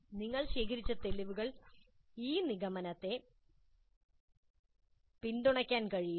നിങ്ങൾ ശേഖരിച്ച തെളിവുകൾ ഈ നിഗമനത്തെ പിന്തുണയ്ക്കാൻ കഴിയുമോ